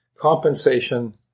compensation